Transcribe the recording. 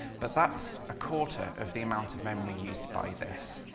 but that's a quarter of the amount of memory used by this.